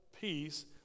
peace